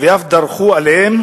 ואף דרכו עליהם